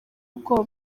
ubwoba